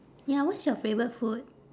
ya what's your favourite food